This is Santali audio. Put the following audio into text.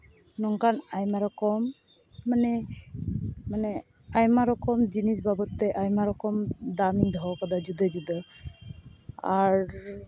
ᱱᱚᱝᱠᱟᱱ ᱟᱭᱢᱟ ᱨᱚᱠᱚᱢ ᱢᱟᱱᱮ ᱢᱟᱱᱮ ᱟᱭᱢᱟ ᱨᱚᱠᱚᱢ ᱡᱤᱱᱤᱥ ᱵᱟᱵᱚᱫ ᱛᱮ ᱟᱭᱢᱟ ᱨᱚᱠᱚᱢ ᱫᱟᱢ ᱤᱧ ᱫᱚᱦᱚ ᱠᱟᱫᱟ ᱡᱩᱫᱟᱹ ᱡᱩᱫᱟᱹ ᱟᱨ